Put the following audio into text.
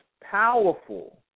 powerful